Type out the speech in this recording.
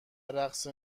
رقص